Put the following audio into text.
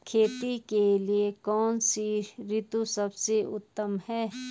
खेती के लिए कौन सी ऋतु सबसे उत्तम है?